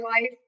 life